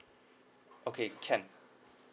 okay can